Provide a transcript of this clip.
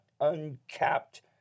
uncapped